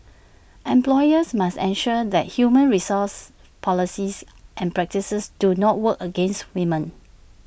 employers must ensure that human resource policies and practices do not work against women